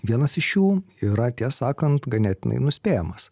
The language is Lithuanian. vienas iš jų yra tiesą sakant ganėtinai nuspėjamas